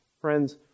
Friends